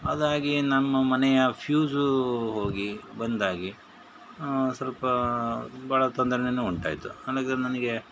ಹಾಗಾಗಿ ನಮ್ಮ ಮನೆಯ ಫ್ಯೂಸೂ ಹೋಗಿ ಬಂದ್ ಆಗಿ ಸ್ವಲ್ಪ ಭಾಳ ತೊಂದರೇನೂ ಉಂಟಾಯಿತು ಆ ಲೆಕ್ಕದಲ್ಲಿ ನನಗೆ